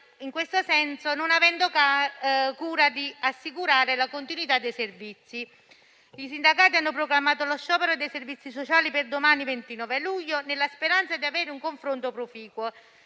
in questo senso, non avendo cura di assicurare la continuità dei servizi. I sindacati hanno proclamato lo sciopero dei servizi sociali per domani, 29 luglio, nella speranza di avere un confronto proficuo,